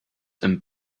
and